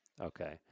Okay